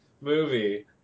movie